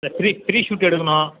இந்த pre preshoot எடுக்கணும்